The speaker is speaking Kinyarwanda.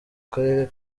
karere